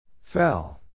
Fell